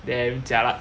then jialat